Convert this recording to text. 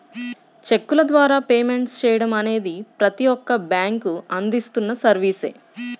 చెక్కుల ద్వారా పేమెంట్ చెయ్యడం అనేది ప్రతి ఒక్క బ్యేంకూ అందిస్తున్న సర్వీసే